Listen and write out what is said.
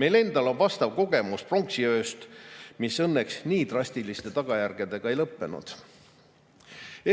Meil endal on kogemus pronksiööst, mis õnneks nii drastiliste tagajärgedega ei lõppenud.